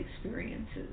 experiences